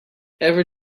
ever